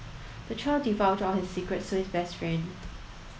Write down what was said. the child divulged all his secrets to his best friend